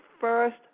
first